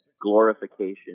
glorification